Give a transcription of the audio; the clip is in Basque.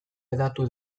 hedatu